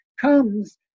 comes